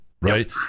right